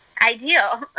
ideal